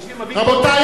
רבותי,